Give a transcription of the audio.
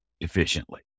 efficiently